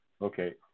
Okay